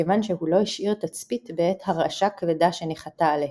מכיוון שהוא לא השאיר תצפית בעת הרעשה כבדה שניחתה עליהם.